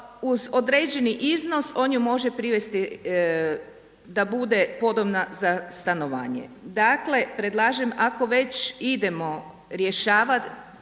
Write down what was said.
uz određeni iznos on je može privesti da bude podobna za stanovanje. Dakle, predlažem ako već idemo rješavati